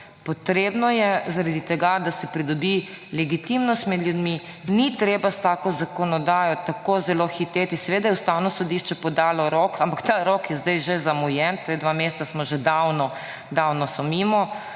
potrebna širša razprava, zato da si pridobi legitimnost med ljudmi, ni treba s tako zakonodajo tako zelo hiteti. Seveda je Ustavno sodišče podalo rok, ampak ta rok je zdaj že zamujen, ta dva meseca sta že davno mimo.